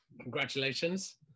Congratulations